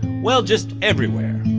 well, just everywhere,